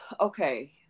Okay